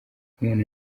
umuntu